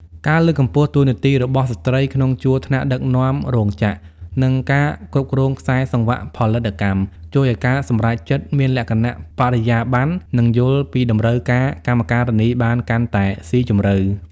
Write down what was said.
ការលើកកម្ពស់តួនាទីរបស់ស្ត្រីក្នុងជួរថ្នាក់ដឹកនាំរោងចក្រ និងការគ្រប់គ្រងខ្សែសង្វាក់ផលិតកម្ម ជួយឱ្យការសម្រេចចិត្តមានលក្ខណៈបរិយាប័ន្ន និងយល់ពីតម្រូវការកម្មការិនីបានកាន់តែស៊ីជម្រៅ។